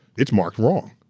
it's marked wrong.